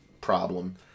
problem